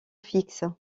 fixe